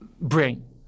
brain